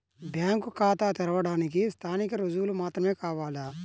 Bank ఖాతా తెరవడానికి స్థానిక రుజువులు మాత్రమే కావాలా?